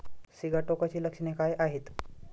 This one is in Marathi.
सिगाटोकाची लक्षणे काय आहेत?